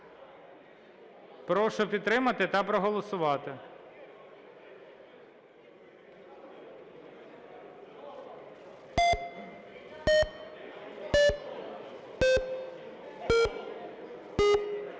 Прошу підтримати та проголосувати.